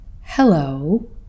hello